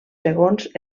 segons